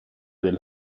del